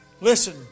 Listen